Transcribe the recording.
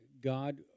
God